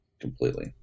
completely